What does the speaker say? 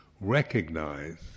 recognize